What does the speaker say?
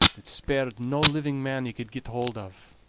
that spared no living man he could get hold of.